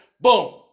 boom